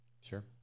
Sure